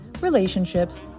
relationships